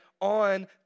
on